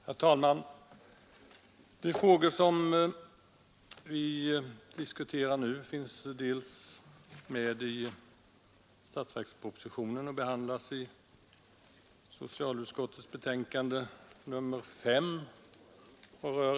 Herr talman! De frågor rörande sjukvården och hälsovården som vi nu diskuterar finns med i statsverkspropositionen och behandlas i socialutskottets betänkande nr 5.